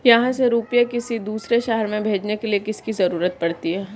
यहाँ से रुपये किसी दूसरे शहर में भेजने के लिए किसकी जरूरत पड़ती है?